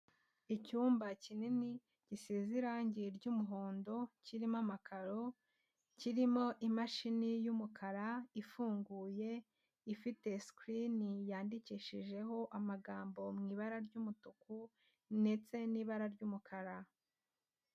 Icyumba kinini gisize irange ry'umuhondo kirimo amakaro, kirimo imashini y'umukara ifunguye, ifite sikirini yandikishijeho amagambo mu ibara ry'umutuku ndetse n'ibara ry'umukara.